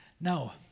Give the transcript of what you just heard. Now